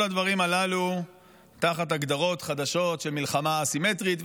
כל הדברים הללו תחת הגדרות חדשות של מלחמה א-סימטרית,